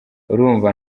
urumva